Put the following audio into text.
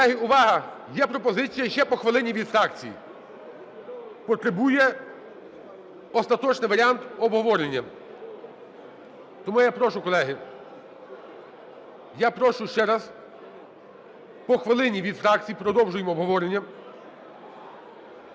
Колеги, увага! Є пропозиція - ще по хвилині від фракцій. Потребує остаточний варіант обговорення. Тому я прошу, колеги, я прошу ще раз. По хвилині від фракцій, продовжуємо обговорення.